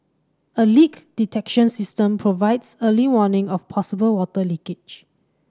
a leak detection system provides early warning of possible water leakage